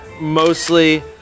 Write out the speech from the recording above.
mostly